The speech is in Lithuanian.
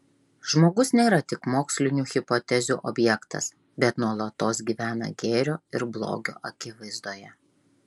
žmogus nėra tik mokslinių hipotezių objektas bet nuolatos gyvena gėrio ir blogio akivaizdoje